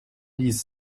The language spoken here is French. disent